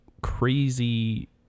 crazy